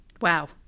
wow